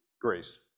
grace